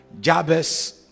Jabez